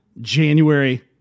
January